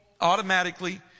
Automatically